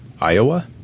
Iowa